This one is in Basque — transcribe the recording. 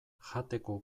jateko